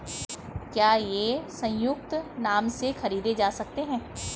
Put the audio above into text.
क्या ये संयुक्त नाम से खरीदे जा सकते हैं?